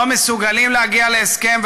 לא מסוגלים להגיע להסכם,